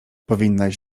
powinnaś